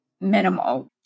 minimal